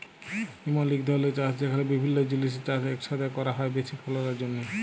ইমল ইক ধরলের চাষ যেখালে বিভিল্য জিলিসের চাষ ইকসাথে ক্যরা হ্যয় বেশি ফললের জ্যনহে